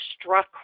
struck